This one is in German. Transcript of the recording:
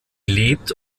lebt